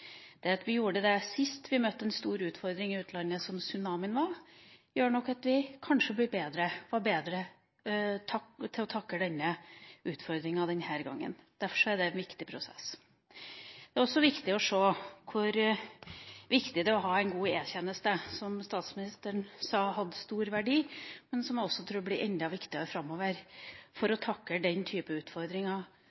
Det at vi gjorde det sist vi møtte en stor utfordring i utlandet, som tsunamien var, gjorde nok at vi kanskje er blitt bedre til å takle utfordringa denne gangen. Derfor er det en viktig prosess. Det er også viktig å se betydninga av en god e-tjeneste, som statsministeren sa hadde stor verdi. Jeg tror det blir enda viktigere framover for